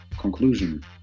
conclusion